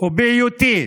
ובהיותי